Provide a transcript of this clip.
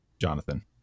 Jonathan